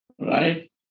Right